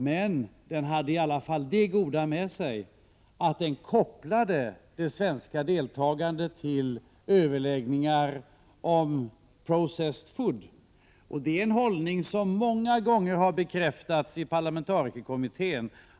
Men den hade i alla fall det goda med sig att den kopplade det svenska deltagandet till överläggningar om ”processed food”, och det är en hållning som många gånger har bekräftats i parlamentarikerkommittén.